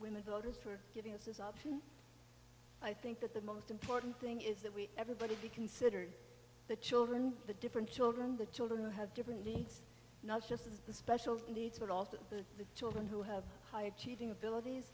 women voters for giving us this option i think that the most important thing is that we everybody be considered the children the different children the children who have different needs not just the special needs but also the children who have high achieving abilities